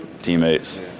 teammates